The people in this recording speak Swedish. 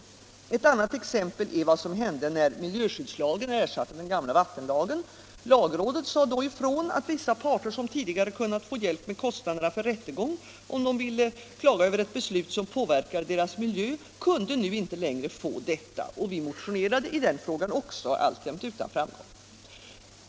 Ett annat exempel är vad som hände när miljöskyddslagen ersatte den gamla vattenlagen. Lagrådet sade då ifrån att vissa parter, som tidigare kunnat få hjälp med kostnaderna för rättegång om de ville klaga över ett beslut som påverkade deras miljö, nu inte längre kunde få det. Vi motionerade i denna fråga, alltjämt utan framgång.